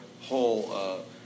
whole